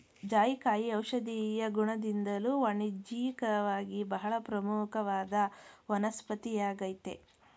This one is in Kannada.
ಜಾಯಿಕಾಯಿ ಔಷಧೀಯ ಗುಣದಿಂದ್ದಲೂ ವಾಣಿಜ್ಯಿಕವಾಗಿ ಬಹಳ ಪ್ರಮುಖವಾದ ವನಸ್ಪತಿಯಾಗಯ್ತೆ